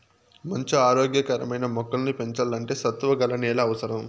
మంచి ఆరోగ్య కరమైన మొక్కలను పెంచల్లంటే సత్తువ గల నేల అవసరం